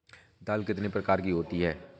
दाल कितने प्रकार की होती है?